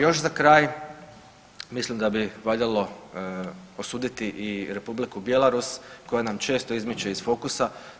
Još za kraj mislim da bi valjalo osuditi i republiku Bjelorusiju koja nam često izmiče iz fokusa.